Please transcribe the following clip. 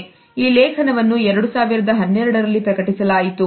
ಈ ಲೇಖನವನ್ನು 2012 ರಲ್ಲಿ ಪ್ರಕಟಿಸಲಾಯಿತು